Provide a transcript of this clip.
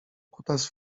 kutas